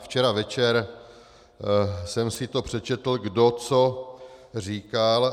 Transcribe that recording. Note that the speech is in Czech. Včera večer jsem si to přečetl, kdo co říkal.